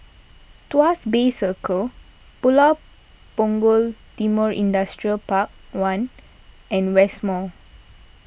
Tuas Bay Circle Pulau Punggol Timor Industrial Park one and West Mall